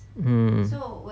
mm